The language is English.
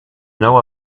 know